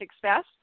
success